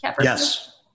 Yes